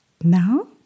Now